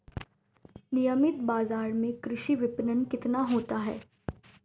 नियमित बाज़ार में कृषि विपणन कितना होता है?